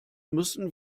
müssen